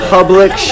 Public